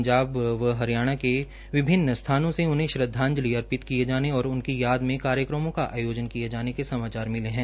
पंजाब व हरियाणा के विभिन्न स्थानों से उन्हे श्रद्वांजलि अर्पित किये जाने और उनकी याद में कार्यक्रमों का आयोजन किये जाने के समाचार मिले है